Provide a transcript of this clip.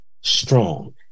strong